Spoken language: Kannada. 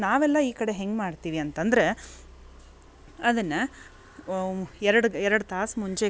ನಾವೆಲ್ಲ ಈ ಕಡೆ ಹೆಂಗೆ ಮಾಡ್ತೀವಿ ಅಂತಂದ್ರೆ ಅದನ್ನು ಎರಡು ಎರಡು ತಾಸು ಮುಂಚೆ